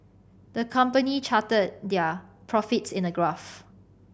the company charted their profits in a graph